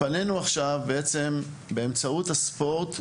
באמצעות הספורט,